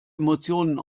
emotionen